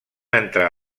entrar